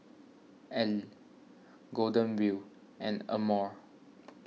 Elle Golden Wheel and Amore